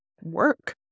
work